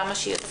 כמה שיהיה צריך.